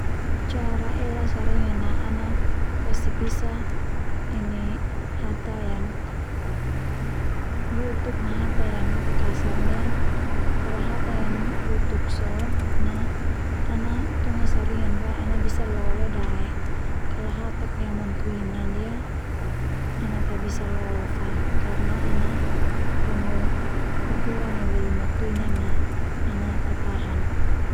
Cara ela saringan ana kasi pisah ini hata yang lutuk ma hata yang kasar ndia, kalo hata yang lutuk so na ana tunga saringan boe ana bisa lo lo dae kalo hata yang matua ndia ana ta bisa lo fa karna kanu ukuran yang lebih matua ma ana ta tahan.